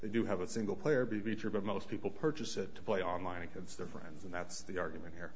do have a single player beacher but most people purchase it play online against their friends and that's the argument here